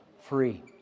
free